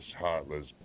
heartless